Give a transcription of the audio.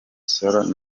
sol